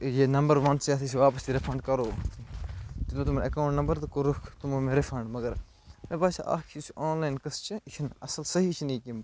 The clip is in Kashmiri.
ہے یہِ نمبَر وَن ژٕ یَتھ أسۍ واپَس ژےٚ رِفَنڈ کَرو دیٛتُکھ مےٚ تِمَن ایٚکاوُنٹ نمبر تہٕ کوٚرُکھ تِمو مےٚ رِفَنڈ مگر مےٚ باسیٛو اَکھ چیٖز یُس یہِ آنلایِن قصہٕ چھُ یہِ چھِنہٕ اصٕل صحیٖح چھُنہٕ یہِ کیٚنٛہہ